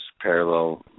parallel